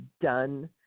done